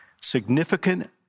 Significant